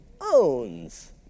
owns